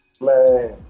Man